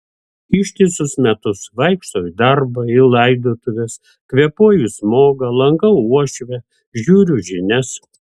ištisus metus vaikštau į darbą į laidotuves kvėpuoju smogą lankau uošvę žiūriu žinias